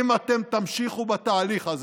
אם אתם תמשיכו בתהליך הזה,